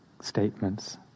statements